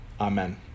Amen